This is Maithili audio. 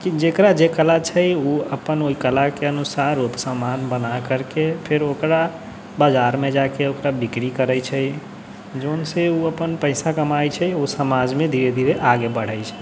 जेकरा जे कला छै उ अपन ओइ कलाके अनुसार ओ समान बनाकरके फेर ओकरा बजारमे जाके ओकरा बिक्री करै छै जोनसँ ओ अपन पैसा कमाइ छै ओ समाजमे धीरे धीरे आगे बढ़ै छै